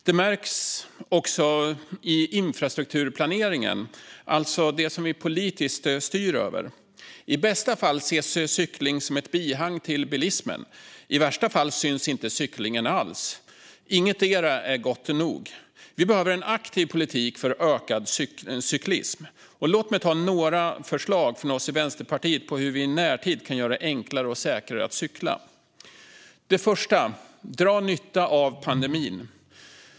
Det märks också i infrastrukturplaneringen, alltså det som vi politiskt styr över. I bästa fall ses cykling som ett bihang till bilismen. I värsta fall syns inte cyklingen alls. Ingetdera är gott nog. Vi behöver en aktiv politik för ökad cyklism. Låt mig därför ta upp några förslag från oss i Vänsterpartiet på hur vi i närtid kan göra det enklare och säkrare att cykla. Vi kan dra nytta av pandemin.